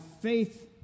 faith